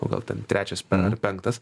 o gal ten trečias ar penktas